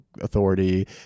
authority